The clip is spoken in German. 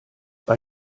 bei